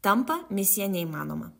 tampa misija neįmanoma